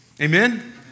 Amen